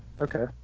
Okay